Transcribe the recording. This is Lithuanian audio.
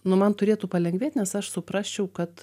nu man turėtų palengvėt nes aš suprasčiau kad